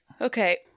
Okay